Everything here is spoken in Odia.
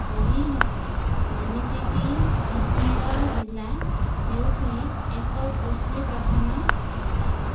କରିହେବ ଯେମିତିକି ଢେଙ୍କାନାଳ ଜିଲ୍ଲା ହେଉଛି ଏକ କୃଷି ପ୍ରଧାନ ଜିଲ୍ଲା